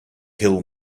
kill